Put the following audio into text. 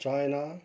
China